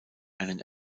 einen